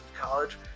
college